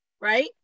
right